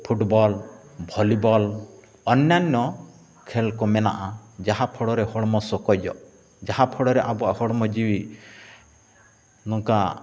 football volleyball ᱚᱱᱱᱟᱱᱱᱚ ᱠᱷᱮᱞ ᱠᱚ ᱢᱮᱱᱟᱜᱼᱟ ᱡᱟᱦᱟᱸ ᱯᱷᱳᱲᱳ ᱨᱮ ᱦᱚᱲᱢᱚ ᱥᱚᱠᱚᱡᱚᱜ ᱡᱟᱦᱟᱸ ᱯᱷᱳᱲᱳ ᱨᱮ ᱟᱵᱚᱣᱟᱜ ᱦᱚᱲᱢᱚ ᱡᱤᱣᱤ ᱱᱚᱝᱠᱟ